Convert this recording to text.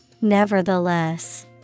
Nevertheless